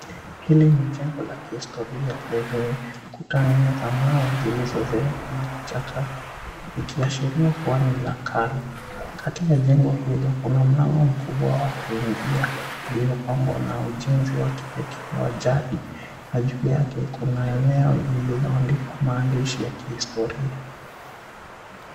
Hili ni jengo la kihistoria lenye kuta nne za mawe zilizozeeka na kuchakaa, ikiashiria kuwa ni la kale. Katika jengo hilo kuna mlango mkubwa wa kuingia uliopambwa na ujenzi wa kipekee wa jadi, na juu yake kuna eneo ililoandikwa maandishi ya kihistoria.